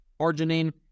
arginine